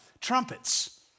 Trumpets